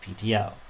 PTO